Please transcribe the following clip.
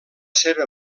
seva